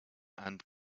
and